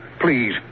please